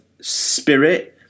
spirit